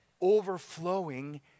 overflowing